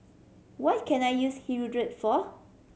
what can I use Hirudoid for